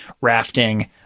rafting